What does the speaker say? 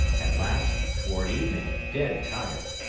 at last, toward evening, dead tired,